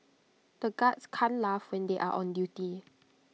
the guards can't laugh when they are on duty